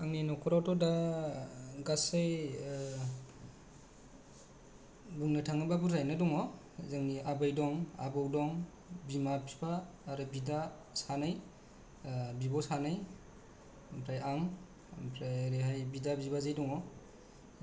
आंनि न'खरावथ दा गासै बुंनो थाङोब्ला बुरजायैनो दङ जोंनि आबै दं आबौ दं बिमा बिफा आरो बिदा सानै बिब सानै आमफ्राय आं ओमफ्राय ओरैहाय बिदा बिबाजों